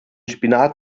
spinat